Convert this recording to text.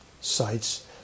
sites